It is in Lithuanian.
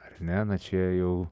ar ne na čia jau